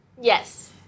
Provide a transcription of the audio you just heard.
Yes